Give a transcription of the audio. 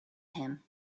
him